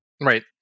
Right